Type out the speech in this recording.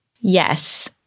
Yes